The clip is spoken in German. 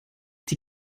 die